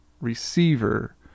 receiver